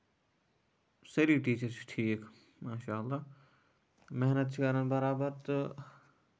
سٲری ٹیٖچر چھِ ٹھیٖک ماشاء اللہ محنت چھِ کران برابر تہٕ